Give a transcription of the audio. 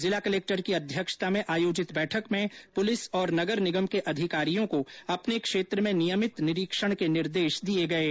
जिला कलक्टर की अध्यक्षता में आयोजित बैठक में पुलिस और नगर निगम के अधिकारियों को अपने क्षेत्र में नियमित निरीक्षण के निर्देश दिये गये